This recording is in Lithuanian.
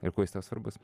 ir kuo jis tau svarbus